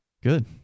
good